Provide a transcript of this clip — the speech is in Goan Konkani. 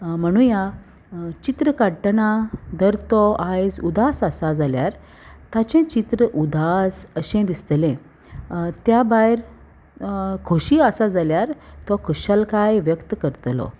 म्हणुया चित्र काडटना जर तो आयज उदास आसा जाल्यार ताचें चित्र उदास अशें दिसतलें त्या भायर खोशी आसा जाल्यार तो खुशालकाय व्यक्त करतलो